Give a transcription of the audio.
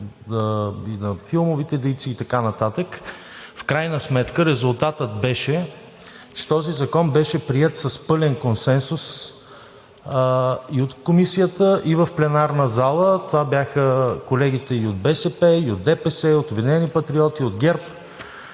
и на филмовите дейци, и така нататък. В крайна сметка резултатът беше, че този закон беше приет с пълен консенсус и от Комисията, и в пленарната зала. Това бяха колегите и от БСП, и от ДПС, и от „Обединени патриоти“, и от ГЕРБ,